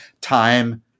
time